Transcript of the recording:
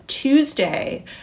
Tuesday